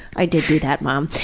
i did do that mom.